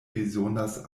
bezonas